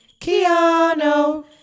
Kiano